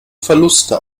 verluste